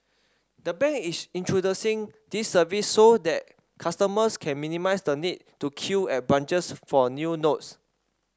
the bank is introducing this service so that customers can minimise the need to queue at branches for new notes